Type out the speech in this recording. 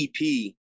EP